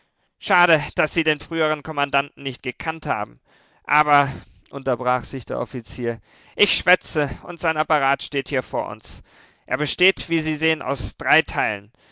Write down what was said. schade daß sie den früheren kommandanten nicht gekannt haben aber unterbrach sich der offizier ich schwätze und sein apparat steht hier vor uns er besteht wie sie sehen aus drei teilen